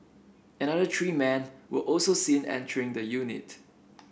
another three men were also seen entering the unit